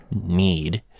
need